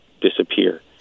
disappear